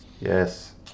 yes